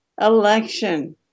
election